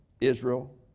Israel